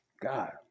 God